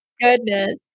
goodness